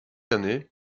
années